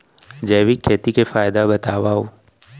जैविक खेती के फायदा बतावा?